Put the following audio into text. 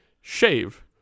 shave